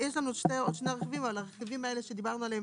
יש לנו עוד שני רכיבים אבל הרכיבים עליהם דיברנו הם